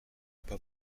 pas